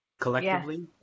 collectively